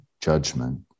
judgment